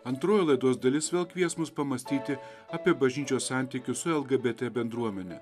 antroji laidos dalis vėl kvies mus pamąstyti apie bažnyčios santykius su lgbt bendruomene